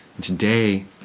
today